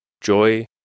joy